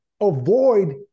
avoid